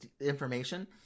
information